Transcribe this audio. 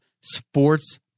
sports